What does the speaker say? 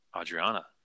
Adriana